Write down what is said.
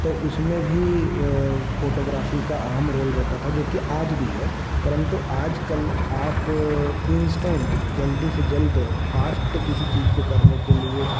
तो उसमें भी फोटोग्राफी का अहम रोल रहता था जो कि आज भी है परन्तु आजकल आप इंस्टेंट जल्दी से जल्द फास्ट किसी चीज को करने के लिए